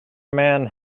man